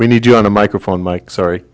we need you on a microphone mike sorry